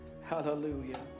Hallelujah